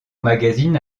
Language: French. magazine